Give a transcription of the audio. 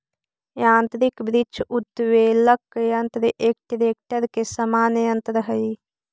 यान्त्रिक वृक्ष उद्वेलक यन्त्र एक ट्रेक्टर के समान यन्त्र हई